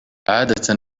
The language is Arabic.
عادة